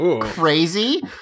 crazy